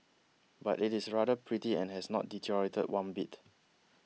but it is rather pretty and has not deteriorated one bit